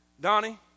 Donnie